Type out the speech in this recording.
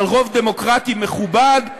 אבל רוב דמוקרטי מכובד,